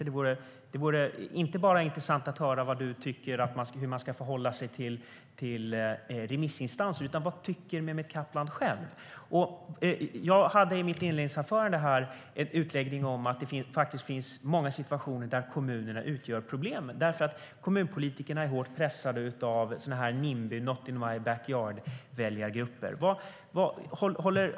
Det vore intressant att höra inte bara hur Mehmet Kaplan tycker att man ska förhålla sig till remissinstanser utan också vad han tycker i själva sakfrågan.I mitt första anförande i den här debatten höll jag en utläggning om att det finns många situationer där kommunerna utgör problemet. Kommunpolitikerna är hårt pressade av så kallade nimbyväljargrupper - alltså "not in my backyard".